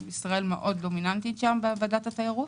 ישראל מאוד דומיננטית בוועדת התיירות.